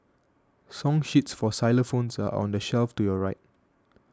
song sheets for xylophones are on the shelf to your right